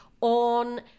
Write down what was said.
on